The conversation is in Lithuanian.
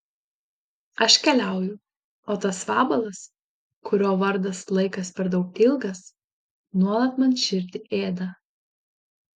aš keliauju o tas vabalas kurio vardas laikas per daug ilgas nuolat man širdį ėda